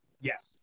Yes